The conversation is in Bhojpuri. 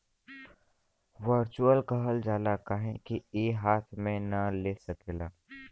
वर्चुअल कहल जाला काहे कि ई हाथ मे ना ले सकेला